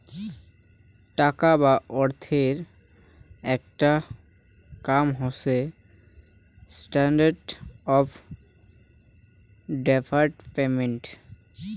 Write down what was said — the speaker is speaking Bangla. টাকা বা অর্থের আকটা কাম হসে স্ট্যান্ডার্ড অফ ডেফার্ড পেমেন্ট